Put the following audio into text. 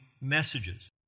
messages